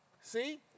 see